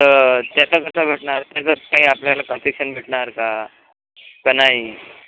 तर त्याचा कसा भेटणार त्याच्यात काही आपल्याला कन्सेशन भेटणार का का नाही